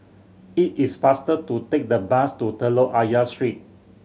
it is faster to take the bus to Telok Ayer Street